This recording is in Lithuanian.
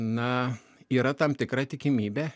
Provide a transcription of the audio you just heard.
na yra tam tikra tikimybė